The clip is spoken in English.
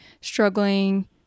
struggling